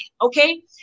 Okay